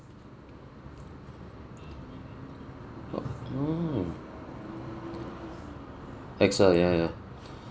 oh oh AXA ya ya